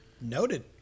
Noted